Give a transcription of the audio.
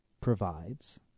provides